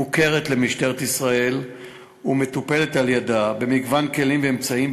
מוכרת למשטרת ישראל ומטופלת על-ידיה במגוון כלים ואמצעים,